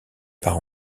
part